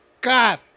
God